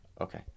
Okay